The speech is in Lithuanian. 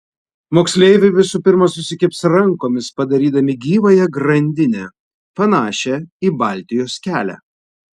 moksleiviai visų pirma susikibs rankomis padarydami gyvąją grandinę panašią į baltijos kelią